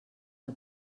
del